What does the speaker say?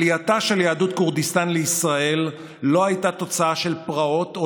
עלייתה של יהדות כורדיסטן לישראל לא הייתה תוצאה של פרעות או